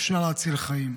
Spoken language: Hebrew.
אפשר להציל חיים,